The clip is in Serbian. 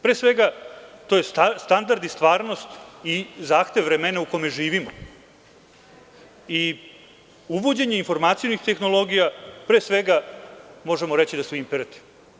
Pre svega, to je standard i stvarnost i zahtev vremena u kome živimo i uvođenje informacionih tehnologija, pre svega možemo reći da su imperativ.